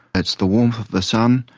it's the warmth of the sun,